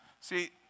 See